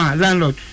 landlord